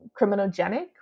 criminogenic